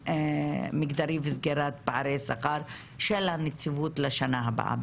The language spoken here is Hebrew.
מגדרי וסגירת פערי שכר של הנציבות לשנה הבאה.